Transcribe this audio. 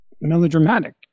melodramatic